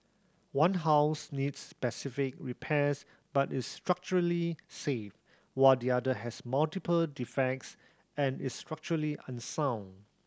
one house needs specific repairs but is structurally safe while the other has multiple defects and is structurally unsound